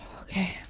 Okay